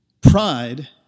pride